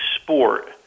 sport